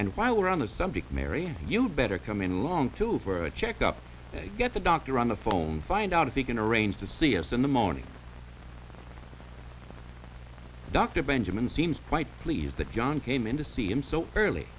while we're on the subject mary you'd better come in along to for a check up get the doctor on the phone find out if he can arrange to see us in the morning dr benjamin seems quite pleased that john came in to see him so early